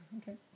Okay